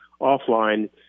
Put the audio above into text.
offline